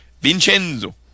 Vincenzo